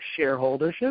shareholdership